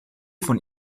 von